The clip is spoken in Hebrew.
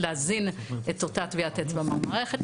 להזין את אותה טביעת אצבע במערכת,